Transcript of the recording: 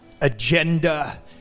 agenda